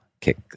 kick